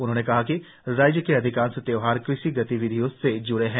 उन्होंने कहा कि राज्य के अधिकांश त्योहार कृषि गतिविधियों से ज्ड़े हैं